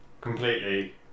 completely